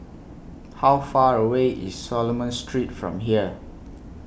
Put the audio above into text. How Far away IS Solomon Street from here